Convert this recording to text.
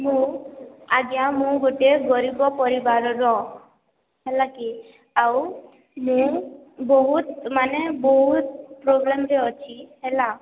ମୁଁ ଆଜ୍ଞା ମୁଁ ଗୋଟେ ଗରିବ ପରିବାରର ହେଲାକି ଆଉ ମୁଁ ବହୁତ ମାନେ ବହୁତ ପ୍ରୋବ୍ଲେମ୍ ରେ ଅଛି ହେଲା